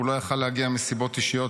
הוא לא יכול היה להגיע מסיבות אישיות,